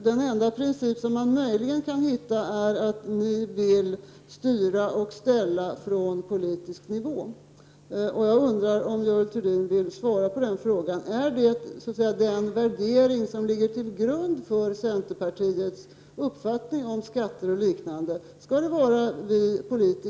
Den enda princip som man möjligen kan hitta är att ni vill styra och ställa på politisk nivå. Är det denna värdering som ligger till grund för centerpartiets uppfattning om skatter och liknande? Jag undrar om Görel Thurdin vill svara på den frågan.